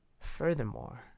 Furthermore